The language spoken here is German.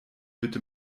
bitte